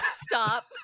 stop